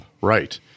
right